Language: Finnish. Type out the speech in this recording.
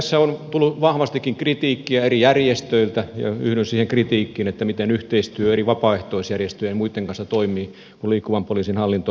tässä on tullut vahvastikin kritiikkiä eri järjestöiltä ja yhdyn siihen kritiikkiin miten yhteistyö eri vapaaehtoisjärjestöjen ja muitten kanssa toimii kun liikkuvan poliisin hallinto lakkautetaan